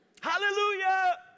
hallelujah